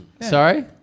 Sorry